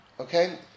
okay